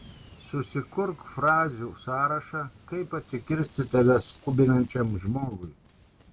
susikurk frazių sąrašą kaip atsikirsti tave skubinančiam žmogui